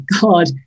god